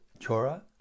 Chora